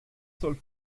soll